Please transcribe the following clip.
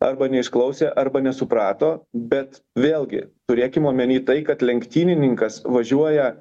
arba neišklausė arba nesuprato bet vėlgi turėkim omeny tai kad lenktynininkas važiuoja